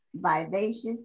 vivacious